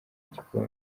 igikombe